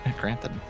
Granted